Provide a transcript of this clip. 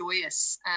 joyous